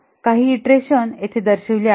काही ईंटरेशन येथे दर्शविली आहेत